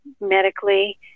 medically